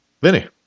Vinny